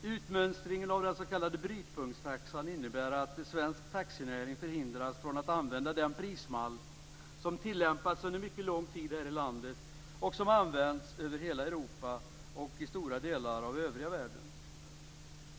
Utmönstringen av den s.k. brytpunktstaxan innebär att svensk taxinäring förhindras att använda den prismall som tillämpats under mycket lång tid här i landet och som används över hela Europa och i stora delar av övriga världen.